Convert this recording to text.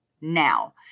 now